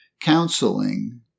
counseling